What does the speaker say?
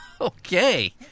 Okay